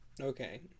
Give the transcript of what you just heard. Okay